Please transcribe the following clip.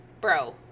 bro